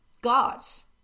Gods